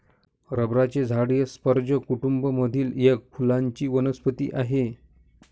रबराचे झाड हे स्पर्ज कुटूंब मधील एक फुलांची वनस्पती आहे